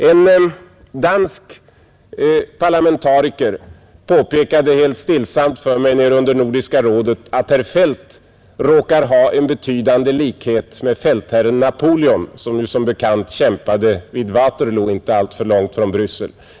En dansk parlamentariker påpekade helt stillsamt för mig under Nordiska rådets möte att herr Feldt råkar ha en betydande likhet med fältherren Napoleon, vilken som bekant kämpade vid Waterloo inte alltför långt från Bryssel.